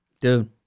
dude